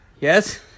Yes